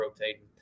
rotating